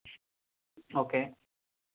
okay